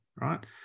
right